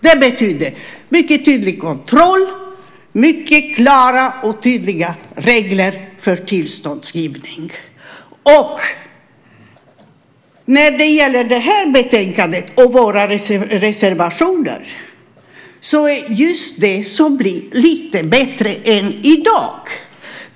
Det betyder mycket tydlig kontroll och mycket klara och tydliga regler för tillståndsgivning. När det gäller det här betänkandet och våra reservationer är det just det som blir lite bättre än i dag.